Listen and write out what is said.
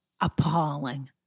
appalling